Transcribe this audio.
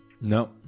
No